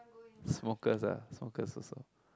smokers ah smokers also